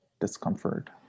discomfort